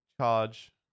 charge